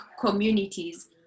communities